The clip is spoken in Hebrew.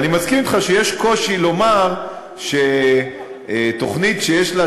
אבל אני מסכים אתך שיש קושי לומר שתוכנית שיש לה